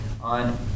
on